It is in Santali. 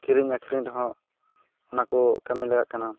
ᱠᱤᱨᱤᱧ ᱟᱠᱷᱨᱤᱧ ᱨᱮᱦᱚᱸ ᱚᱱᱟ ᱠᱚ ᱠᱟᱹᱢᱤ ᱞᱟᱜᱟᱜ ᱠᱟᱱᱟ